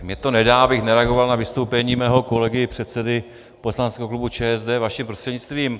Tak mně to nedá, abych nereagoval na vystoupení svého kolegy předsedy poslaneckého klubu ČSSD vaším prostřednictvím.